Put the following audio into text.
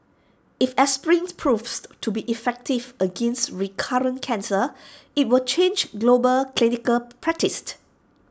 if aspirin proves to be effective against recurrent cancer IT will change global clinical practice